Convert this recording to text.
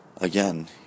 ...again